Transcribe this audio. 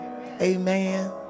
Amen